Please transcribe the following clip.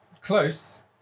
close